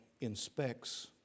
inspects